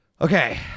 okay